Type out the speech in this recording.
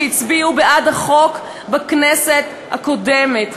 שהצביעו בעד החוק בכנסת הקודמת.